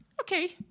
Okay